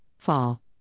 fall